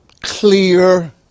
clear